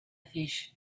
fish